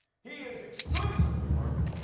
he is exclusively worthy.